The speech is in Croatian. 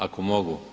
Ako mogu?